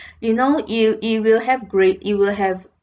you know you you will have guilt you will have